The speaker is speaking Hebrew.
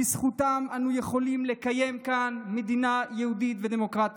בזכותם אנחנו יכולים לקיים כאן מדינה יהודית ודמוקרטית.